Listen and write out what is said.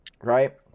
right